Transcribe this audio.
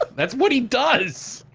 that's what he does!